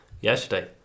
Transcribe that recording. yesterday